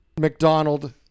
McDonald